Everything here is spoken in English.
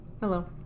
Hello